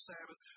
Sabbath